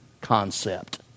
concept